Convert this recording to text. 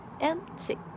empty